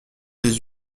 les